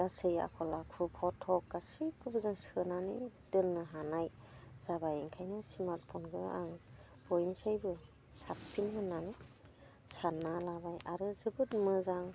गासै आखल आखु फथ' गासैखौबो जों सोनानै दोननो हानाय जाबाय ओंखायनो स्मार्टफ'नखौ आं बयनिख्रुइबो साबसिन होननानै सानना लाबाय आरो जोबोद मोजां